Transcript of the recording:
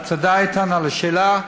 תודה, איתן, על השאלה.